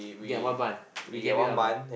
ya one bun we get me one bun